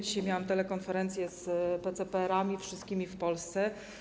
Dzisiaj miałam telekonferencję z PCPR-ami, wszystkimi w Polsce.